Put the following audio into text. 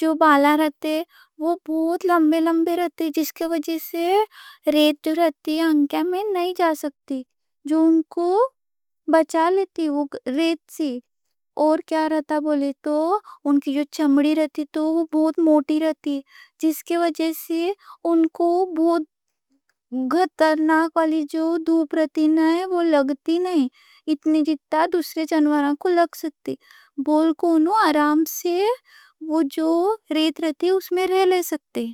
جو بالا رہتے، وہ بہت لمبے لمبے رہتے، جس کے وجہ سے ریت آنکیاں میں کائیں نئیں جاسکتی، جو انہوں کو بچا لیتی۔ اور کیا رہتا بولے تو، اُن کی جو چمڑی رہتی تو وہ بہت موٹی رہتی، جس کے وجہ سے انہوں کوں بہت خطرناک والی جو دھوپ رہتی ہے وہ لگتی نئیں اتنی جتنا دوسرے جنوراں کو لگ سکتی، بولے تو انہوں آرام سے وہ جو ریت رہتی اُس میں رہ لے سکتے۔